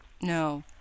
no